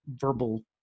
verbal